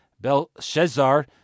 Belshazzar